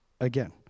again